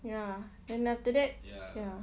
ya and after that ya